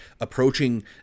approaching